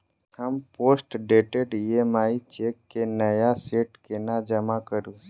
हम postdated EMI cheque केँ नया सेट केना जमा करू?